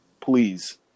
Please